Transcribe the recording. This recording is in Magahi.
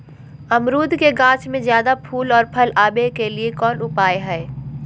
अमरूद के गाछ में ज्यादा फुल और फल आबे के लिए कौन उपाय है?